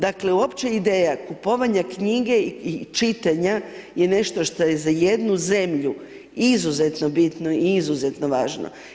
Dakle, uopće ideja kupovanja knjige i čitanja je nešto što je za jednu zemlju izuzetno bitno i izuzetno važno.